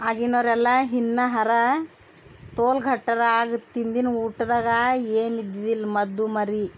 ಆಗಿನೋರೆಲ್ಲ ಇನ್ನು ಅರ ತೋಲು ಘಟ್ಟರಾಗ ತಿಂದಿನ ಊಟದಾಗ ಏನು ಇದ್ದಿದಿಲ್ಲ ಮದ್ದು ಮರಿ